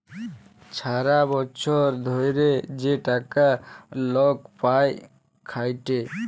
ছারা বচ্ছর ধ্যইরে যে টাকা লক পায় খ্যাইটে